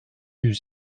yüz